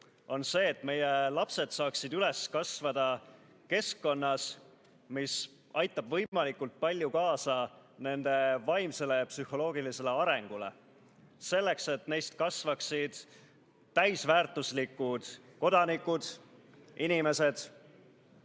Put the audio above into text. on see, et meie lapsed saaksid üles kasvada keskkonnas, mis aitab võimalikult palju kaasa nende vaimsele ja psühholoogilisele arengule. Selleks, et neist kasvaksid täisväärtuslikud inimesed,